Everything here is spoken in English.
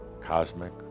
cosmic